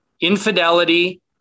infidelity